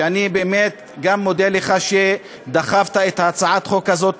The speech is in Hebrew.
ואני באמת גם מודה לך על שדחפת את הצעת החוק הזאת,